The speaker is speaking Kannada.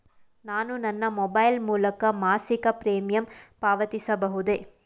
ನಾನು ನನ್ನ ಮೊಬೈಲ್ ಮೂಲಕ ಮಾಸಿಕ ಪ್ರೀಮಿಯಂ ಪಾವತಿಸಬಹುದೇ?